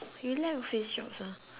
you like office jobs ah